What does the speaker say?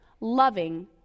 loving